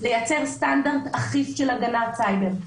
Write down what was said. לייצר סטנדרט אכיף של הגנת סייבר.